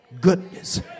goodness